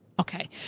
Okay